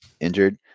injured